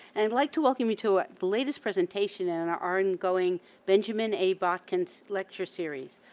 and i'd like to welcome you to the latest presentation in and our ongoing benjamin a. botkin's lecture series.